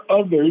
others